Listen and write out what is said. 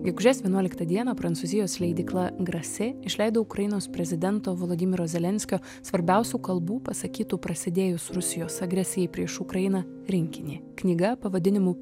gegužės vienuoliktą dieną prancūzijos leidykla grasė išleido ukrainos prezidento volodymyro zelenskio svarbiausių kalbų pasakytų prasidėjus rusijos agresijai prieš ukrainą rinkinį knyga pavadinimu